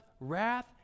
wrath